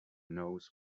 knows